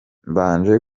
mbanje